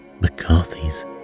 McCarthy's